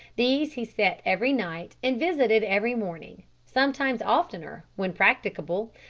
these he set every night, and visited every morning, sometimes oftener, when practicable,